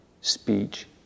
speech